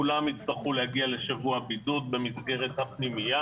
כולם יצטרכו להגיע לשבוע בידוד במסגרת הפנימייה